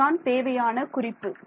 இதுதான் தேவையான குறிப்பு